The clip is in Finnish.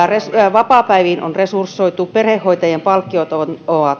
vapaapäiviin on resursoitu perhehoitajien palkkiot ovat